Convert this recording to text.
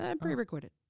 Pre-recorded